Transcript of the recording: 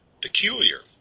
peculiar